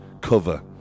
cover